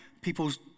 people's